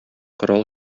корал